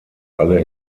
alle